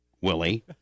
Willie